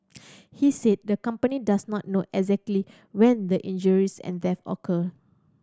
he said the company does not know exactly when the injuries and death occur